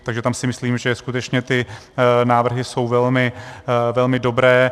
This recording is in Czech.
Takže tam si myslím, že skutečně ty návrhy jsou velmi dobré.